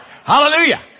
Hallelujah